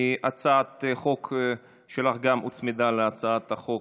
גם הצעת חוק שלך הוצמדה להצעת החוק,